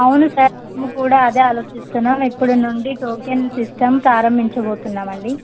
అవును సార్ మేము కూడా అదే ఆలోచిస్తున్నాం ఇప్పటి నుండి టోకెన్ సిస్టమ్ ప్రారంభించబోతున్నామండి